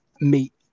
meet